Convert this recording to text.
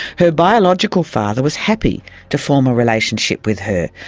her biological father was happy to form a relationship with her,